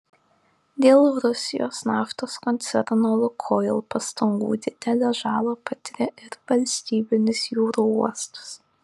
dėl rusijos naftos koncerno lukoil pastangų didelę žalą patiria ir valstybinis jūrų uostas